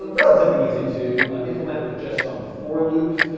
relatively easy to implement with just some for loops,